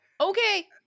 okay